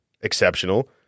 exceptional